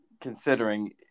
considering